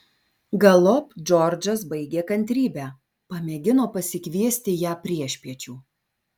galop džordžas baigė kantrybę pamėgino pasikviesti ją priešpiečių